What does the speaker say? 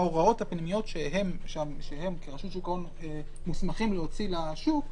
בהוראות הפנימיות שלהם כרשות שוק ההון שהם מוסמכים להוציא לשוק,